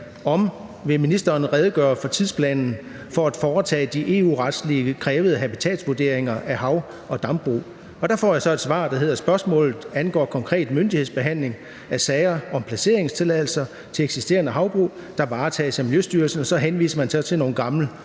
om ministeren vil redegøre for tidsplanen for at foretage de EU-retligt krævede habitatsvurderinger af hav- og dambrug, og der får jeg så et svar, der hedder: Spørgsmålet angår konkret myndighedsbehandling af sager om placeringstilladelser til eksisterende havbrug, der varetages af Miljøstyrelsen. Og så henviser man så til nogle gamle